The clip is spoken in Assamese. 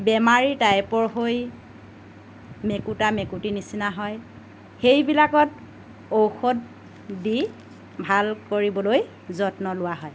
বেমাৰী টাইপৰ হৈ মেকুটা মেকুটিৰ নিচিনা হয় সেইবিলাকত ঔষধ দি ভাল কৰিবলৈ যত্ন লোৱা হয়